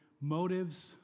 motives